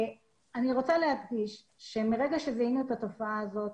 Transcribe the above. אני רוצה להדגיש שמרגע שזיהינו את התופעה הזאת,